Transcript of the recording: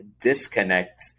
disconnect